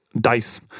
dice